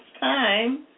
time